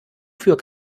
für